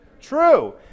True